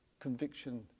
conviction